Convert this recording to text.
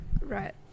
Right